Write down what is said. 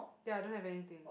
ya I don't have anything